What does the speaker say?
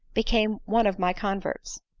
became one of my converts.